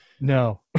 No